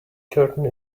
curtain